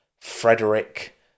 Frederick